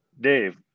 Dave